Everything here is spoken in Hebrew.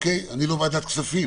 אני לא ועדת כספים.